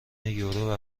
یورو